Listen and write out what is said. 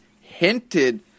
hinted